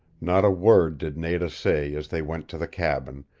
not a word did nada say as they went to the cabin,